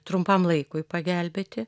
trumpam laikui pagelbėti